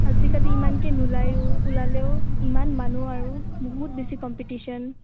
আজিকালি ইমানকৈ নোলাইয়ো ওলালেও ইমান মানুহ আৰু বহুত বেছি কম্পিটিশ্যন